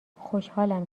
خوشحالم